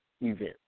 event